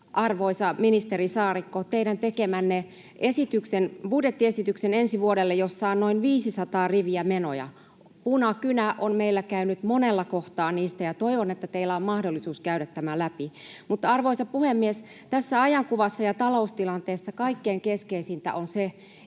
arvoisa ministeri Saarikko, sen teidän tekemänne budjettiesityksen ensi vuodelle, jossa on noin 500 riviä menoja. Punakynä on meillä käynyt monessa kohtaa niistä, ja toivon, että teillä on mahdollisuus käydä tämä läpi. Arvoisa puhemies! Tässä ajankuvassa ja taloustilanteessa kaikkein keskeisintä on se,